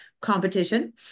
competition